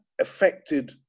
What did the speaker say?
affected